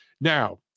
Now